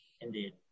Indeed